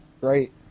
right